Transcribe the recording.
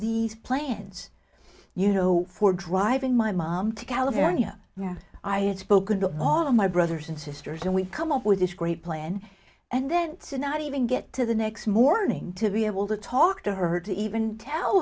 these plans you know for driving my mom to california where i had spoken to all of my brothers and sisters and we've come up with this great plan and then to not even get to the next morning to be able to talk to her to even tell